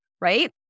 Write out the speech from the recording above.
right